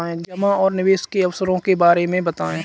जमा और निवेश के अवसरों के बारे में बताएँ?